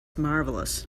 marvelous